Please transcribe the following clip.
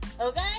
okay